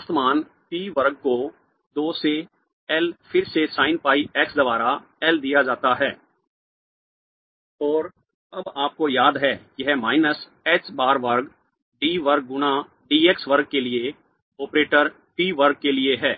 औसत मान p वर्ग को 2 से L फिर से sin pi x द्वारा L दिया जाता है और अब आपको याद है यह माइनस h बार वर्ग d वर्ग गुणा d x वर्ग के लिए ऑपरेटर p वर्ग के लिए है